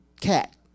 cat